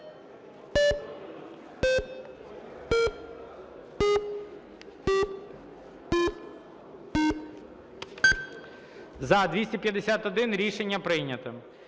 За-243 Рішення прийнято.